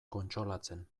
kontsolatzen